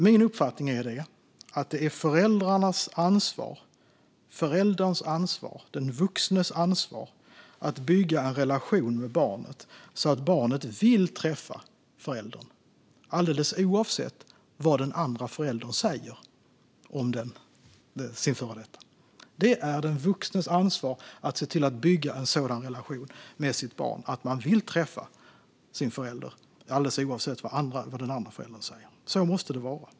Min uppfattning är att det är förälderns ansvar, den vuxnes ansvar, att bygga en relation med barnet så att barnet vill träffa föräldern, alldeles oavsett vad den andra föräldern säger om sin före detta. Det är den vuxnes ansvar att se till att bygga en sådan relation med sitt barn att barnet vill träffa sin förälder, alldeles oavsett vad den andra föräldern säger. Så måste det vara.